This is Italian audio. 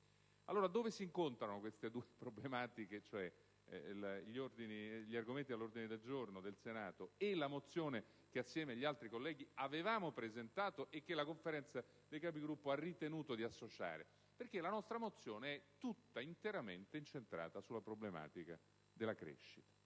Dove si incontrano allora queste due problematiche, cioè gli argomenti all'ordine del giorno del Senato e la mozione che, assieme agli altri colleghi, avevamo presentato, e che la Conferenza dei Capigruppo ha ritenuto di associare? Perché la nostra mozione è tutta interamente incentrata sulla problematica della crescita,